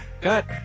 Cut